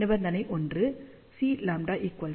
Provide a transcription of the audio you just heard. நிபந்தனை எண் ஒன்று Cλ 0